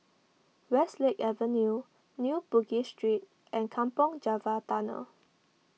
Westlake Avenue New Bugis Street and Kampong Java Tunnel